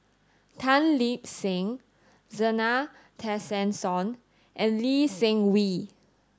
Tan Lip Seng Zena Tessensohn and Lee Seng Wee